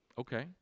okay